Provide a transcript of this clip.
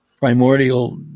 primordial